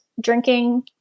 drinking